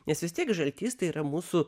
nes vis tiek žaltys tai yra mūsų